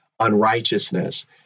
unrighteousness